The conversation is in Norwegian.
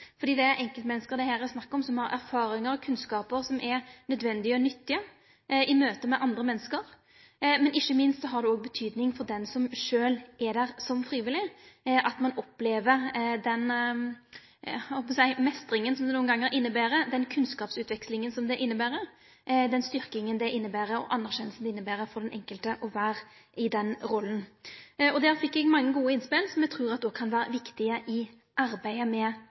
fordi det er enkeltmenneske som det her er snakk om, som har erfaringar og kunnskapar som er nødvendige og nyttige i møte med andre menneske. Men ikkje minst har det òg betydning for den som sjølv er der som frivillig, at ein opplever den meistringa som det nokre gonger inneber, den kunnskapsutvekslinga som det inneber, den styrkinga det inneber og den godkjenninga det inneber for den enkelte å vere i den rolla. Der fekk eg mange gode innspel som eg trur òg kan vere viktige i arbeidet med